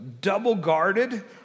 double-guarded